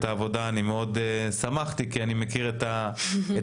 העבודה אני מאוד שמחתי כי אני מכיר את האנרגיות,